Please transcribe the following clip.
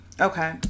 Okay